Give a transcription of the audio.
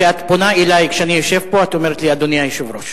כשאת פונה אלי כשאני יושב פה את אומרת לי "אדוני היושב-ראש".